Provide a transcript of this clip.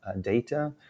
data